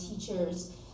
teachers